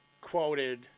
Quoted